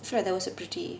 feel like that was a pretty